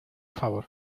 favor